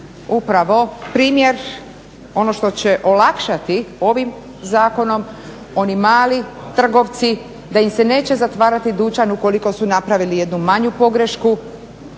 upravo primjer ono što će olakšati ovim zakonom oni mali trgovci da im se neće zatvarati dućan ukoliko su napravili jednu manju pogrešku